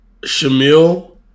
Shamil